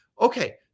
okay